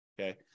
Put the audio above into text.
okay